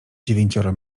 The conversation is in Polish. dziewięcioro